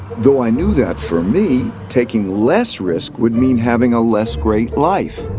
though i knew that for me, taking less risk would mean having a less great life.